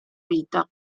vita